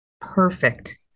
Perfect